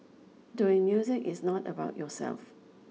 doing music is not about yourself